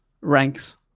ranks